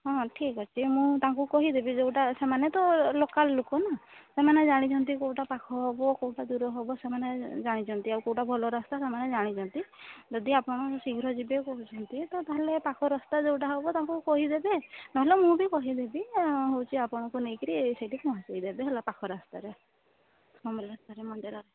ହଁ ଠିକ୍ ଅଛି ମୁଁ ତାଙ୍କୁ କହିଦେବି ଯେଉଁଟା ସେମାନେ ତ ଲୋକାଲ୍ ଲୋକ ନା ସେମାନେ ଜାଣିଛନ୍ତି କେଉଁଟା ପାଖ ହବ କେଉଁଟା ଦୂର ହବ ସେମାନେ ଜାଣିଛନ୍ତି ଆଉ କେଉଁଟା ଭଲ ରାସ୍ତା ସେମାନେ ଜାଣିଛନ୍ତି ଯଦି ଆପଣ ଶୀଘ୍ର ଯିବେ କହୁଛନ୍ତି ତ ତା'ହେଲେ ପାଖ ରାସ୍ତା ଯେଉଁଟା ହବ ତାଙ୍କୁ କହିଦେବେ ନ ହେଲେ ମୁଁ ବି କହିଦେବି ହେଉଛି ଆପଣଙ୍କୁ ନେଇ କିରି ସେଇଠି ପହଞ୍ଚାଇ ଦେବେ ହେଲା ପାଖ ରାସ୍ତାରେ ସମଲେଶ୍ଵରୀ ମନ୍ଦିର